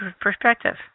perspective